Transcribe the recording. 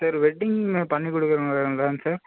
sir wedding பண்ணி கொடுக்கறவங்களாங்க sir